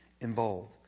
involved